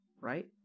Right